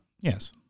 yes